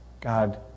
God